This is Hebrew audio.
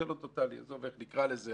עזוב איך נקרא לזה.